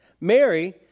Mary